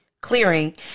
clearing